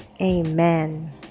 amen